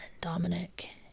Dominic